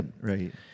right